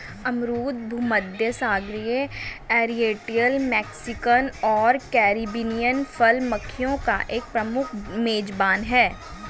अमरूद भूमध्यसागरीय, oriental, Mexican और कैरिबियन फल मक्खियों का एक प्रमुख मेजबान है